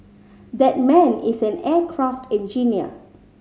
that man is an aircraft engineer